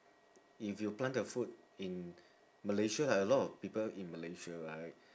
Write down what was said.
if you plant the food in malaysia like a lot people in malaysia right